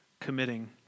committing